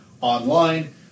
online